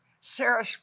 Sarah